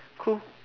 cool